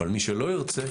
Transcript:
אבל מי שלא ירצה,